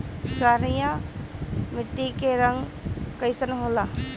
क्षारीय मीट्टी क रंग कइसन होला?